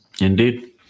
Indeed